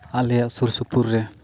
ᱟᱞᱮᱭᱟᱜ ᱥᱩᱨᱼᱥᱩᱯᱩᱨ ᱨᱮ